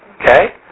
Okay